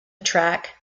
track